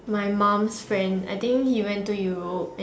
my mum's friend I think he went to Europe